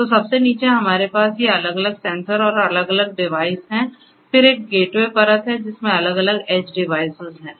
तो सबसे नीचे हमारे पास ये अलग अलग सेंसर और अलग अलग डिवाइस हैं फिर एक गेटवे परत है जिसमें अलग अलग एज डिवाइस है